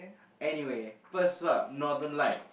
anyway first up Northern Light